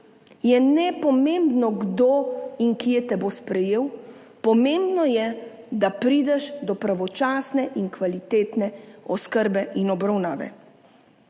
je nepomembno, kdo in kje te bo sprejel, pomembno je, da prideš do pravočasne in kvalitetne oskrbe in obravnave.